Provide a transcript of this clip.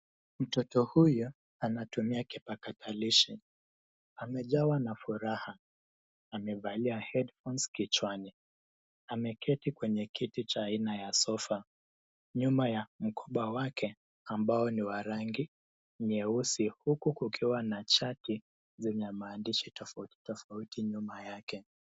Mtoto huyu anatumia kipakatalishi, amejawa na furaha. Amevalia headphones kichwani, ameketi kwenye kiti cha aina ya sofa , nyuma ya mkoba wake ambao ni wa rangi nyeusi huku kukiwa na chati zenye maandishi tofauti tofauti nyuma yake.